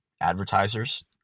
advertisers